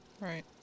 Right